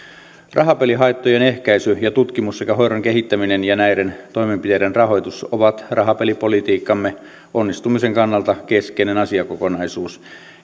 rahapelihaittojen ehkäisy ja tutkimus sekä hoidon kehittäminen ja näiden toimenpiteiden rahoitus ovat rahapelipolitiikkamme onnistumisen kannalta keskeinen asiakokonaisuus